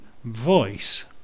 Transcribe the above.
voice